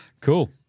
cool